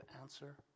answer